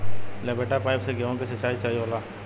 लपेटा पाइप से गेहूँ के सिचाई सही होला?